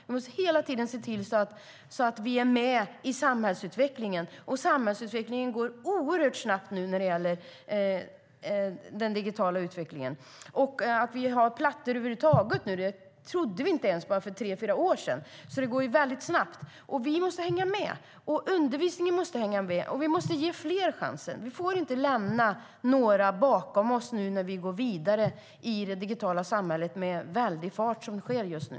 Vi måste ständigt se till att vi är med i samhällsutvecklingen. Det går oerhört snabbt nu när det gäller den digitala utvecklingen. För tre fyra år sedan trodde vi inte ens att vi skulle ha plattor över huvud taget nu. Det går väldigt snabbt. Vi måste hänga med, undervisningen måste hänga med och vi måste ge fler chansen. Vi får inte lämna någon bakom oss när vi går vidare in i det digitala samhället, vilket vi gör med väldig fart just nu.